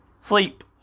Sleep